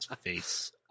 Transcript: Face